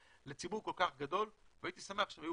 לציבור כל כך גדול והייתי שמח אם היו